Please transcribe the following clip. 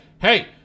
hey